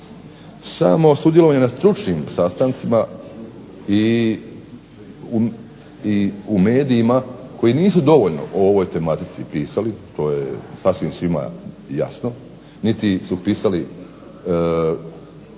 samo sudjelovanje na stručnim sastancima i u medijima koji nisu dovoljno o ovoj tematici pisali, to je sasvim svima jasno, niti su pisali relativno